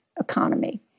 economy